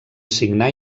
signar